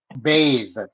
bathe